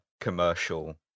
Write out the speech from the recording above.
commercial